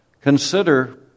consider